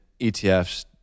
ETFs